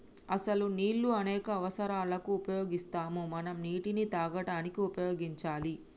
అసలు నీళ్ళు అనేక అవసరాలకు ఉపయోగిస్తాము మనం నీటిని తాగడానికి ఉపయోగించాలి